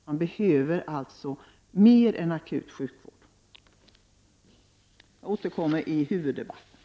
De behöver alltså mer än akut sjukvård. Jag återkommer i huvuddebatten.